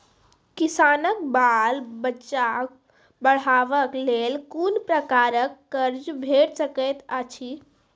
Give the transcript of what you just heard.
किसानक बाल बच्चाक पढ़वाक लेल कून प्रकारक कर्ज भेट सकैत अछि?